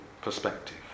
perspective